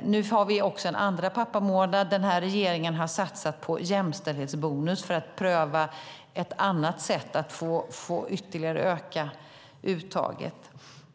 Nu har vi också en andra pappamånad. Regeringen har satsat på jämställdhetsbonus för att pröva ett annat sätt att ytterligare öka uttaget.